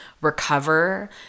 recover